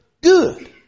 good